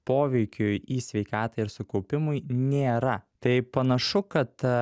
poveikiui į sveikatą ir sukaupimui nėra tai panašu kad